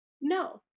No